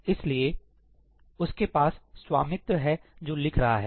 इसलिए उसके पास स्वामित्व है जो लिखा जा रहा है